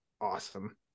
awesome